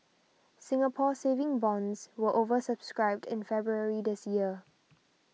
Singapore Saving Bonds were over subscribed in February this year